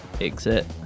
exit